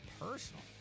personal